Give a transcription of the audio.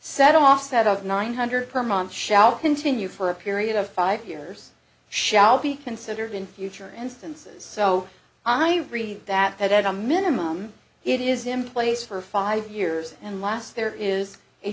set offset of nine hundred per month shall continue for a period of five years shall be considered in future instances so i read that at a minimum it is emplaced for five years and last there is a